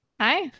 Hi